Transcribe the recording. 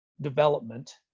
development